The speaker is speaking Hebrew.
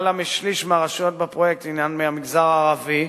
יותר משליש מהרשויות בפרויקט הן מהמגזר הערבי,